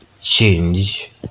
change